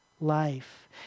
life